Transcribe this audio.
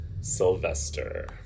Sylvester